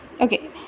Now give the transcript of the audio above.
okay